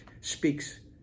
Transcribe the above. speaks